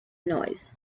noise